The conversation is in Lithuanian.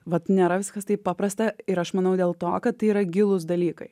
vat nėra viskas taip paprasta ir aš manau dėl to kad tai yra gilūs dalykai